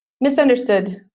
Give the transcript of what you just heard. misunderstood